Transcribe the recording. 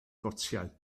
gotiau